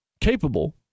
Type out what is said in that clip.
capable